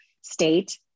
state